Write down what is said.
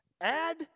add